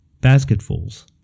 basketfuls